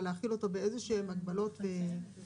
אבל להחיל אותו בהגבלות ותנאים.